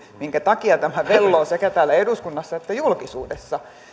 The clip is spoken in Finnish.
minkä takia tämä velloo sekä täällä eduskunnassa että julkisuudessa